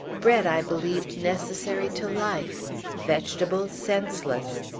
bread i believed necessary to life vegetables, senseless.